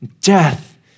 Death